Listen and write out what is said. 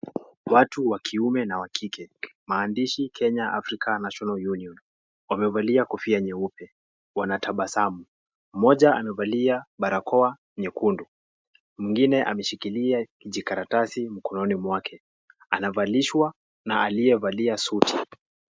Watu wa kiume na wa kike maandishi Kenya African National Union, wamevalia kofia nyeupe, wanatabasamu, mmoja amevalia barakoa nyekundu mwingine ameshikilia kijikaratasi mkononi mwake, anavalishwa na aliyevalia suti.